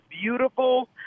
beautiful